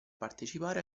partecipare